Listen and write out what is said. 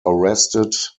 arrested